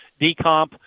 Decomp